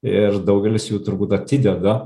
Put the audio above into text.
ir daugelis jų turbūt atideda